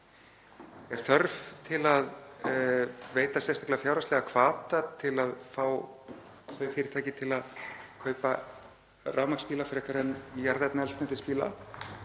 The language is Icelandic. er þörf til að veita sérstaklega fjárhagslega hvata til að fá þau fyrirtæki til að kaupa rafmagnsbíla frekar en jarðefnaeldsneytisbíla